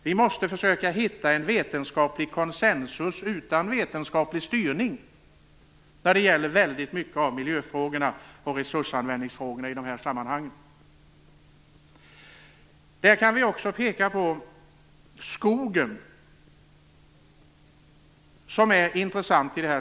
Vi måste försöka hitta en vetenskaplig konsensus utan vetenskaplig styrning när det gäller mycket av miljö och resursanvändningsfrågorna. I det här sammanhanget kan vi också peka på skogen som något intressant.